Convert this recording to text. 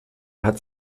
hat